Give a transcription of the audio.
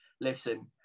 listen